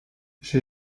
j’ai